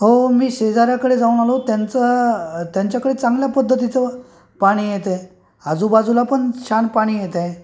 हो मी शेजाऱ्याकडे जाऊन आलो त्यांच त्यांच्याकडे चांगल्या पद्धतीचं पाणी येतेय आजूबाजूला पण छान पाणी येतंय